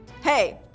Hey